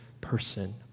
person